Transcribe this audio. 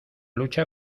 lucha